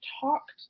talked